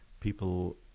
people